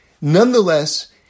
nonetheless